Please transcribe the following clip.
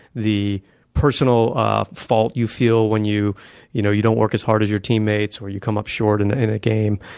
the personal ah fault you feel when you you know you don't work as hard as your teammates or you come up short and in a game.